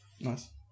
Nice